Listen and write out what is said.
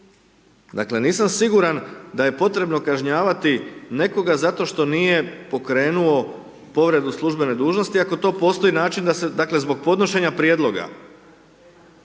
Dakle nisam siguran da je potrebno kažnjavati nekoga zato što nije pokrenuo povredu službene dužnosti ako to postoji način dakle zbog podnošenja prijedloga